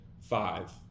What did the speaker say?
five